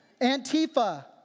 Antifa